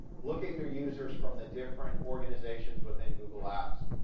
look at your users from the different organizations within google apps,